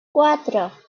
cuatro